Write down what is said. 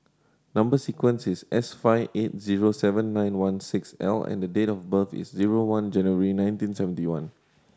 number sequence is S five eight zero seven nine one six L and date of birth is zero one January nineteen seventy one